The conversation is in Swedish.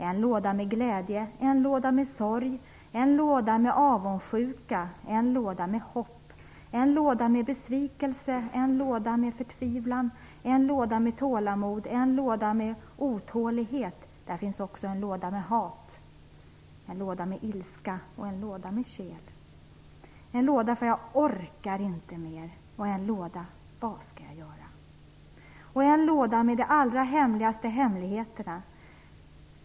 En låda med glädje, en låda med sorg, en låda med avundsjuka, en låda med hopp, en låda med besvikelse, en låda med förtvivlan, en låda med tålamod, en låda med otålighet. Det finns också en låda med hat, en låda med ilska, en låda med kel, en låda för "jag-orkar-inte", en låda med "vad-ska-jag göra?" och en låda med de allra hemligaste hemligheterna.